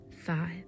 five